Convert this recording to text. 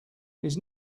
his